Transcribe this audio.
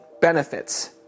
benefits